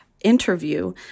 interview